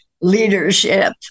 leadership